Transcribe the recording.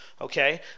okay